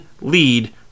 lead